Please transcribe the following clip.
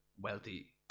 wealthy